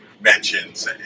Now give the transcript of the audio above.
mentions